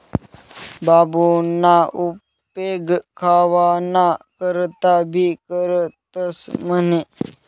बांबूना उपेग खावाना करता भी करतंस म्हणे